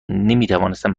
نمیتوانستم